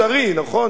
של כאב.